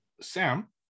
sam